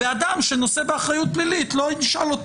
ואדם שנושא באחריות פלילית לא נשאל אותו